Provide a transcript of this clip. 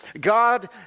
God